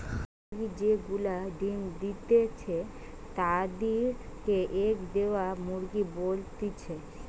হাঁস মুরগি যে গুলা ডিম্ দিতেছে তাদির কে এগ দেওয়া মুরগি বলতিছে